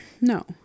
no